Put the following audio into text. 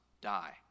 die